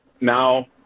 now